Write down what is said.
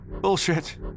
Bullshit